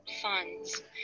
funds